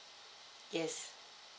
yes